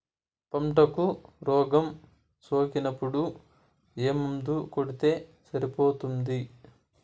పంటకు రోగం సోకినపుడు ఏ మందు కొడితే సరిపోతుంది?